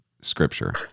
scripture